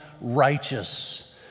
righteous